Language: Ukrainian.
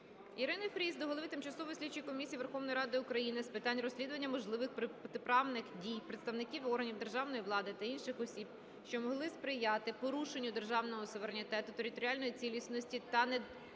Ірини Фріз до голови Тимчасової слідчої комісії Верховної Ради України з питань розслідування можливих протиправних дій представників органів державної влади та інших осіб, що могли сприяти порушенню державного суверенітету, територіальної цілісності та недоторканості